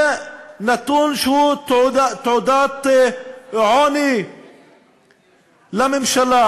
זה נתון שהוא תעודת עוני לממשלה,